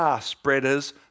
spreaders